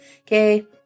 Okay